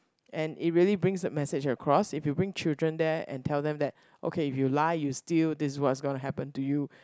and it really brings a message across if you bring children there and tell them that okay if you lie you steal this what's gonna happen to you